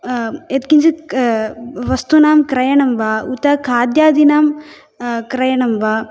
यत् किञ्चिद् वस्तूनां क्रयणं वा उत खाद्यादीनां क्रयणं वा